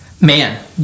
man